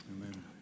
Amen